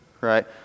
right